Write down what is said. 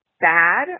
bad